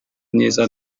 myiza